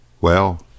Well